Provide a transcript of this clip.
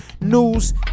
news